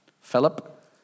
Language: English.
Philip